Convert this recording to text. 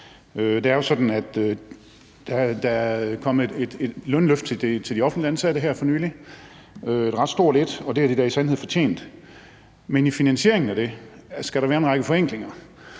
Det er jo sådan, at der er kommet et lønløft til de offentligt ansatte her for nylig, et ret stort et, og det har de da i sandhed fortjent, men i finansieringen af det skal der være en række forenklinger,